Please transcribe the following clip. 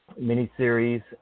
miniseries